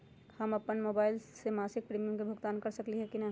हम अपन मोबाइल से मासिक प्रीमियम के भुगतान कर सकली ह की न?